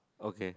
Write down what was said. okay